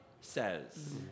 says